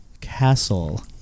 castle